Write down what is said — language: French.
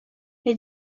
les